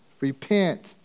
Repent